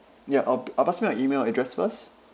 ya I'll p~ I'll pass you my email address first